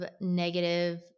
negative